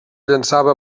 llançava